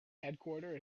headquarter